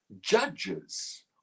judges